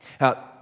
Now